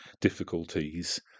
difficulties